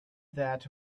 that